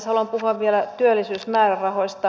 haluan puhua vielä työllisyysmäärärahoista